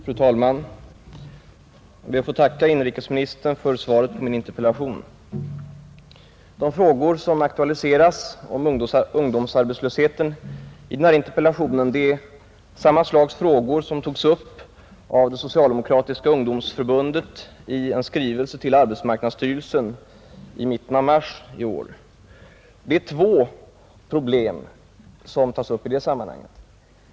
Fru talman! Jag ber att få tacka inrikesministern för svaret på min interpellation. De frågor i samband med ungdomsarbetslösheten som aktualiseras i den här interpellationen är av samma slag som de som togs upp av det Socialdemokratiska ungdomsförbundet i en skrivelse till arbetsmarknadsstyrelsen i mitten av mars i år. Det är två problem som tas upp.